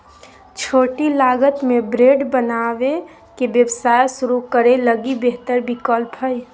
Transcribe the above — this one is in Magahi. छोटी लागत में ब्रेड बनावे के व्यवसाय शुरू करे लगी बेहतर विकल्प हइ